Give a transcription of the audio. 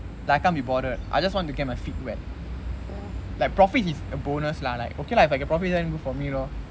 like I can't be bothered I just want to get my feet wet like profit is a bonus lah like okay lah if I get a profit then good for me lor